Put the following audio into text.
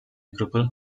kropel